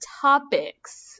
Topics